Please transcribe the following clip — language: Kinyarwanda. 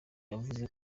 yavuze